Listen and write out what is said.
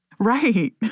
Right